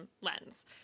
lens